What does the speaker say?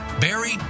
barry